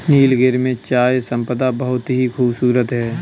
नीलगिरी में चाय संपदा बहुत ही खूबसूरत है